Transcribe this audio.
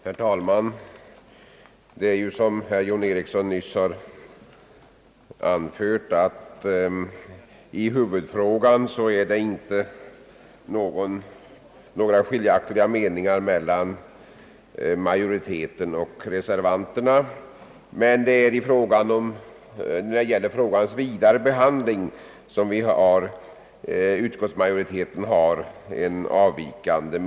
Herr talman! Som herr John Ericsson nyss sade, finns det inga delade meningar i huvudfrågan, men vad beträffar frågans vidare behandling skiljer sig utskottsmajoritetens uppfattning från reservanternas.